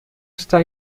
está